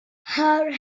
her